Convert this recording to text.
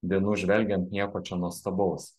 dienų žvelgiant nieko čia nuostabaus